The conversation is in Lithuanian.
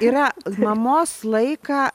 yra mamos laiką